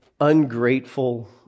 ungrateful